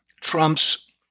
Trump's